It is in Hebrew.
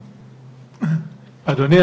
אדוני,